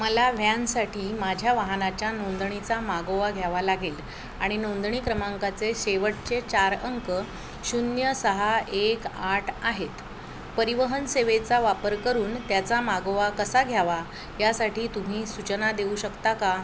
मला व्हॅनसाठी माझ्या वाहनाच्या नोंद णीचा मागोवा घ्यावा लागेल आणि नोंदणी क्रमांकाचे शेवटचे चार अंक शून्य सहा एक आठ आहेत परिवहन सेवेचा वापर करून त्याचा मागोवा कसा घ्यावा यासाठी तुम्ही सूचना देऊ शकता का